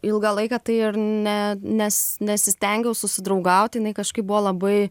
ilgą laiką tai ir ne nes nesistengiau susidraugauti jinai kažkaip buvo labai